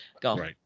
go